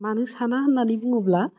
मानो साना होननानै बुङोब्ला